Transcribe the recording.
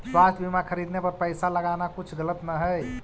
स्वास्थ्य बीमा खरीदने पर पैसा लगाना कुछ गलत न हई